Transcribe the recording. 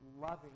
loving